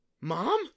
Mom